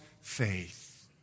faith